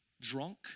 Drunk